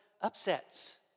upsets